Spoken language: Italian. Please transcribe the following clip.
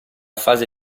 fase